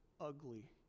ugly